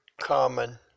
common